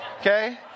Okay